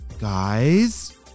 Guys